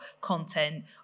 content